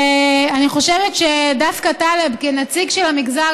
ואני חושבת שדווקא, טלב, כנציג של המגזר